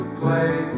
play